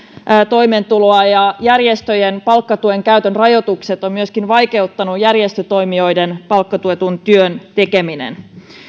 toimeentuloa ja myöskin järjestöjen palkkatuen käytön rajoitukset ovat vaikeuttaneet järjestötoimijoiden palkkatuetun työn tekemistä